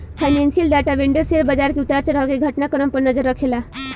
financial data vendor share बाजार के उतार चढ़ाव के घटना क्रम पर नजर रखेला